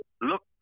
look